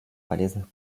полезных